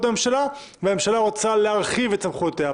הממשלה והממשלה רוצה להרחיב את סמכויותיה.